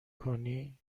کنی